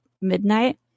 midnight